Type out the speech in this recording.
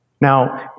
Now